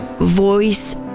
voice